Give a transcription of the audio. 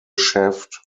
shaft